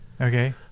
Okay